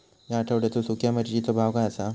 या आठवड्याचो सुख्या मिर्चीचो भाव काय आसा?